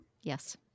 Yes